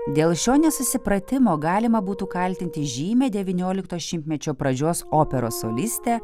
dėl šio nesusipratimo galima būtų kaltinti žymę devyniolikto šimtmečio pradžios operos solistę